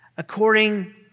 according